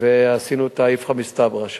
ועשינו את האיפכא מסתברא שם,